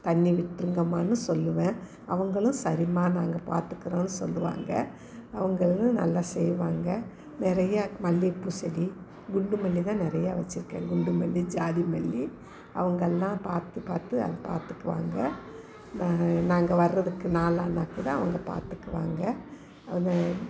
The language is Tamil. தண்ணி விட்டிருங்கம்மானு சொல்லுவேன் அவர்களும் சரிம்மா நாங்கள் பார்த்துக்குறோன்னு சொல்லுவாங்க அவர்களும் நல்லா செய்வாங்க நிறைய மல்லிகைப்பூ செடி குண்டு மல்லி தான் நிறைய வச்சுருக்கேன் குண்டு மல்லி ஜாதி மல்லி அவங்களெலாம் பார்த்து பார்த்து அது பார்த்துக்குவாங்க நாங்கள் வர்றதுக்கு நாளானால் கூட அவங்க பார்த்துக்குவாங்க அவங்க